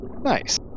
Nice